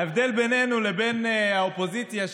ההבדל בינינו לבין האופוזיציה,